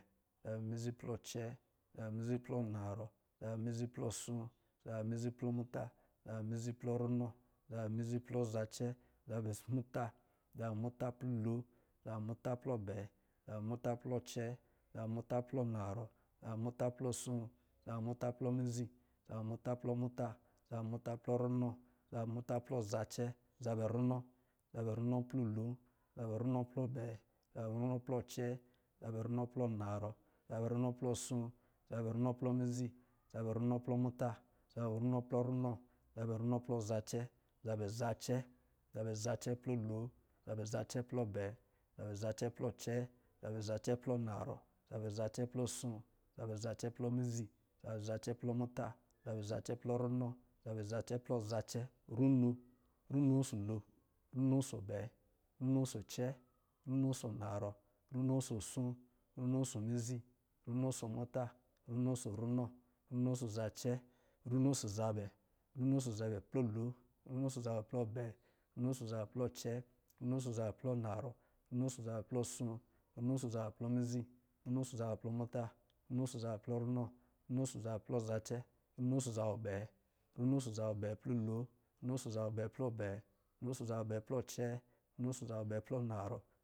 Zabɛ mizi plɔ acɛɛ, zabɛ mizi plɔ anarɔ, zabɛ mizi plɔ asoo, zabɛ mizi plɔ mizi, zabɛ mizi plɔ muta, zabɛ mizi plɔ runɔ, zabɛ mizi plɔ zacɛ, zabɛ muta, zabɛ muta plɔ lon, zabɛ muta plɔ abɛɛ, zabɛ muta plɔ acɛɛ, zabɛ muta plɔ anarɔ, zabɛ muta plɔ asoo, zabɛ muta plɔ mizi, zabɛ muta plɔ muta, zabɛ muta plɔ runɔ, zabɛ muta plɔ zacɛ, zabɛ runɔ, zabɛ runɔ plɔ lon, zabɛ runɔ plɔ abɛɛ, zabɛ runɔ plɔ acɛɛ, zabɛ runɔ plɔ anarɔ, zabɛ runɔ plɔ asoo, zabɛ runɔ plɔ mizi, zabɛ runɔ plɔ muta, zabɛ runɔ plɔ runɔ, zabɛ runɔ plɔ zacɛ, zabɛ zacɛ zabɛ zacɛ plɔ lon, zabɛ zacɛ plɔ abɛɛ, zabɛ zacɛ plɔ acɛɛ, zabɛ zacɛ plɔ narɔ, zabɛ zacɛ plɔ asoo, zabɛ zacɛ plɔ mizi, zabɛ zacɛ plɔ muta, zabɛ zacɛ plɔ runɔ, zabɛ zacɛ plɔ zacɛ, runo, runo ɔsɔ̄ lon runo ɔsɔ̄ abɛɛ, runo ɔsɔ̄ acɛɛ, runo ɔsɔ̄ abɛɛ, runo ɔsɔ̄ acɛɛ, runo ɔsɔ̄ anarɔ, runo ɔsɔ̄ asoo, runo ɔsɔ̄ mizi, runo ɔsɔ̄ muta, runo ɔsɔ̄ runɔ, runo ɔsɔ̄ runɔ, runo ɔsɔ̄ zacɛ, runo ɔsɔ̄ zabɛ, runo ɔsɔ̄ zabɛ plɔ lon, runo ɔsɔ̄ zabɛ plɔ abɛɛ, runo ɔsɔ̄ zabɛ plɔ acɛɛ, runo ɔsɔ̄ zabɛ plɔ anarɔ, runo ɔsɔ̄ zabɛ plɔ asoo, runo ɔsɔ̄ zabɛ plɔ mizi, runo ɔsɔ̄ zabɛ plɔ muta, runo ɔsɔ̄ zabɛ plɔ runɔ, runo ɔsɔ̄ zabɛ plɔ zacɛ, runo ɔsɔ̄ zabɛ abɛɛ, runo ɔsɔ̄ zabɛ abɛɛ plɔ lon, runo ɔsɔ̄ zabɛ abɛɛ plɔ abɛɛ, runo ɔsɔ̄ zabɛ abɛɛ plɔ acɛɛ, runo ɔsɔ̄ zabɛ abɛɛ plɔ anarɔ